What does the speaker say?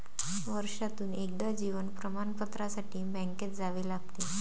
वर्षातून एकदा जीवन प्रमाणपत्रासाठी बँकेत जावे लागते